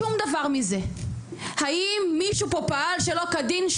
שום דבר מזה, האם מישהו פה פעל שלא כדין?